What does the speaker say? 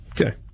Okay